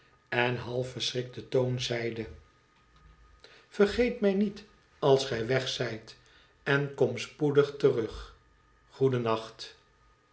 en half verschrikten toon zeide vergeet mij niet als gij weg zijt en kom spoedig terug goedennacht